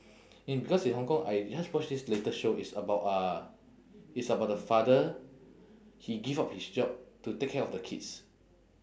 in because in hong kong I just watch this latest show it's about uh it's about the father he give up his job to take care of the kids